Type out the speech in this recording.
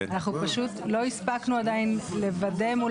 אנחנו פשוט לא הספקנו עדיין לוודא מול